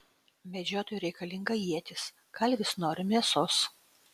medžiotojui reikalinga ietis kalvis nori mėsos